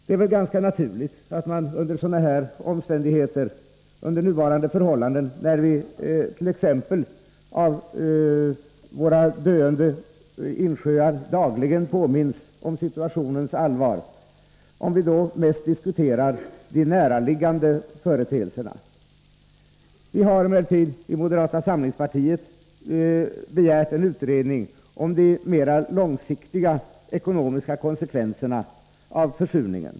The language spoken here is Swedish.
Det är mot den bakgrunden ganska naturligt att vi under nuvarande förhållanden, när vi genom våra döende sjöar dagligen påminns om situationens allvar, mest diskuterar de näraliggande företeelserna. Moderata samlingspartiet har emellertid i en motion begärt en utredning om de mera långsiktiga ekonomiska konsekvenserna av försurningen.